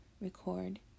record